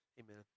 Amen